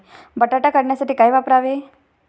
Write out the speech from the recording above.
बटाटा काढणीसाठी काय वापरावे?